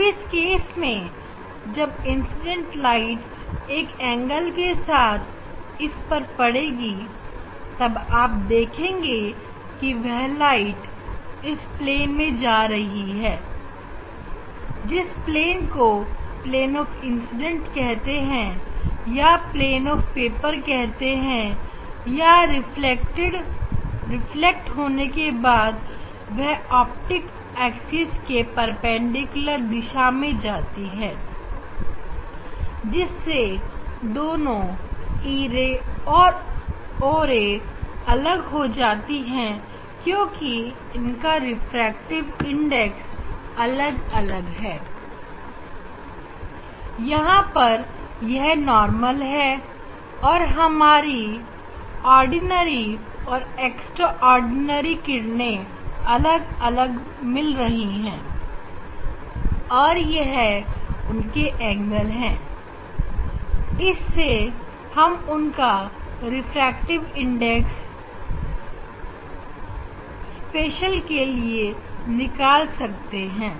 अब इस केस में जब इंसीडेंट एंगल एक एंगल के साथ इस पर पड़ेगी तब आप देखेंगे कि वह लाइट इस प्लेन में जा रही है जिस प्लेन को प्लेन ऑफ इंसिडेंट कहते हैं या प्लेन ऑफ पेपर कहते हैं और रिफ्लेक्ट होने के बाद वह ऑप्टिक एक्सिस के परपेंडिकुलर दिशा में जाती है जिसमें दोनों o ray और e ray अलग हो जाते हैं क्योंकि उनका रिफ्रैक्टिव इंडेक्स अलग अलग है यहां पर यह नॉर्मल है और हमें हमारी ऑर्डिनरी और एक्स्ट्राऑर्डिनरी रे अलग अलग मिल रही है और यह उनके एंगल हैं इससे हम उनका रिफ्रैक्टिव इंडेक्स स्पेशल के लिए निकाल सकते हैं